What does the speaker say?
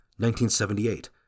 1978